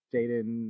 Jaden